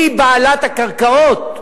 היא בעלת הקרקעות,